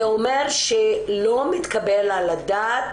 זה אומר שלא מתקבל על הדעת